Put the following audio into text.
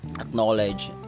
acknowledge